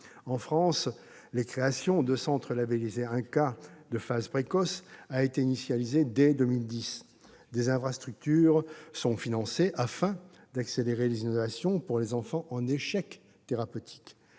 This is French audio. En France, la création de centres labellisés INCa de phase précoce a été lancée en 2010. Des infrastructures sont financées afin d'accélérer les innovations pour les enfants en échec thérapeutique.